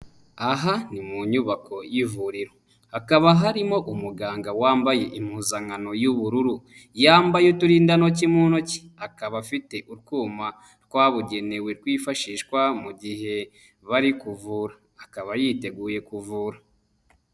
Aha ni mu nyubako y'ivuriro hakaba harimo umuganga wambaye impuzankano y'ubururu, yambaye uturindantoki mu ntoki, akaba afite utwuma twabugenewe rwifashishwa mu gihe bari kuvura, akaba yiteguye kuvura.